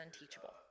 unteachable